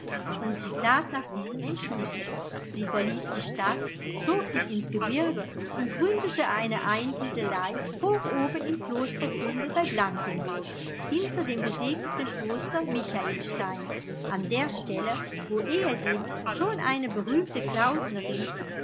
und sie tat nach diesem entschlusse sie verließ die stadt zog sich ins gebirge und gründete eine einsiedelei hoch oben im klostergrunde bei blankenburg hinter dem gesegneten kloster michaelstein an der stelle wo ehedem schon eine berühmte klausnerin